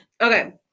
Okay